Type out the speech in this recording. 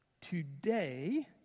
today